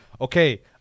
Okay